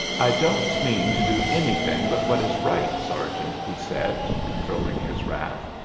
i don't mean to do anything but what is right, sergeant, he said, controlling his wrath,